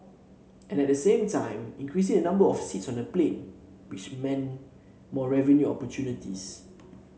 and at the same time increasing the number of seats on the plane which meant more revenue opportunities